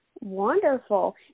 Wonderful